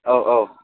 औ औ